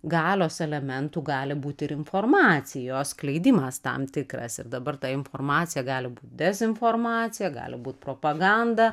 galios elementų gali būti ir informacijos skleidimas tam tikras ir dabar ta informacija gali būt dezinformacija gali būt propaganda